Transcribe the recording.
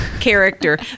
character